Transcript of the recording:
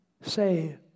say